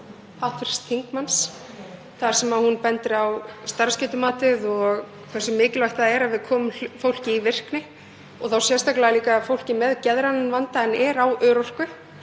hv. þingmanns þar sem hún bendir á starfsgetumatið og hversu mikilvægt það er að við komum fólki í virkni og þá sérstaklega fólki með geðrænan vanda sem er á örorku.